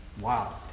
Wow